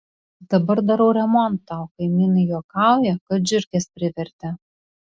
dabar darau remontą o kaimynai juokauja kad žiurkės privertė